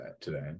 today